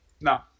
No